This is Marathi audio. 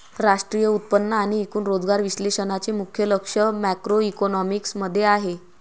राष्ट्रीय उत्पन्न आणि एकूण रोजगार विश्लेषणाचे मुख्य लक्ष मॅक्रोइकॉनॉमिक्स मध्ये आहे